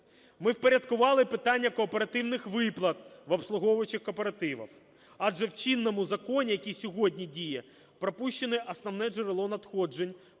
Ми впорядкували питання кооперативних виплат в обслуговуючих кооперативах, адже в чинному законі, який сьогодні діє, пропущене основне джерело надходжень